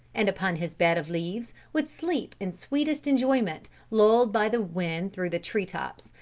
and upon his bed of leaves would sleep in sweetest enjoyment, lulled by the wind through the tree-tops,